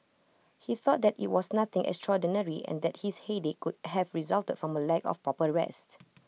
he thought that IT was nothing extraordinary and that his headache could have resulted from A lack of proper rest